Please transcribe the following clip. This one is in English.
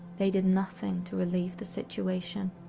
they did nothing to relieve the situation.